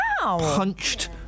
Punched